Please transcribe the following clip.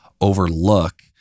overlook